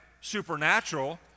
supernatural